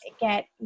get